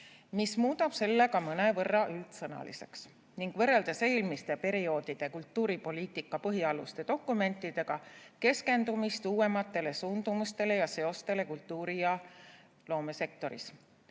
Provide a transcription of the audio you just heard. mis muudab selle ka mõnevõrra üldsõnaliseks, ning võrreldes eelmiste perioodide kultuuripoliitika põhialuste dokumentidega keskendumist uuematele suundumustele ja seostele kultuuri- ja loomesektoris.